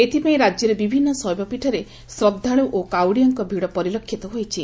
ଏଥିପାଇଁ ରାକ୍ୟର ବିଭିନ୍ନ ଶୈବପୀଠରେ ଶ୍ରଦ୍ଧାଳୁ ଓ କାଉଡ଼ିଆଙ୍କ ଭିଡ଼ ପରିଲକ୍ଷିତ ହୋଇଛି